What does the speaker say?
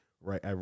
right